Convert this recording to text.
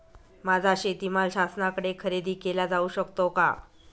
माझा शेतीमाल शासनाकडे खरेदी केला जाऊ शकतो का?